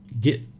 get